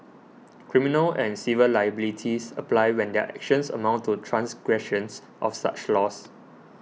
criminal and civil liabilities apply when their actions amount to transgressions of such laws